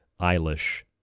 Eilish